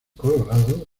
colorado